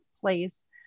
place